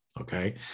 Okay